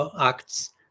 acts